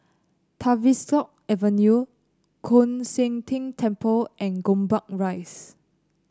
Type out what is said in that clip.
Tavistock Avenue Koon Seng Ting Temple and Gombak Rise